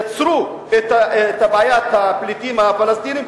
יצרו את בעיית הפליטים הפלסטינים,